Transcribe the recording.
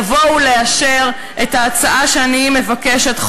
לבוא ולאשר את ההצעה שאני מבקשת,